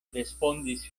respondis